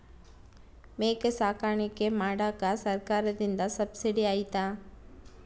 ಮೇಕೆ ಸಾಕಾಣಿಕೆ ಮಾಡಾಕ ಸರ್ಕಾರದಿಂದ ಸಬ್ಸಿಡಿ ಐತಾ?